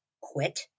quit